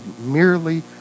merely